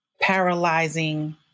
paralyzing